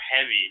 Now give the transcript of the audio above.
heavy